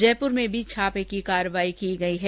जयपुर में भी छापे की कार्रवाई की गई है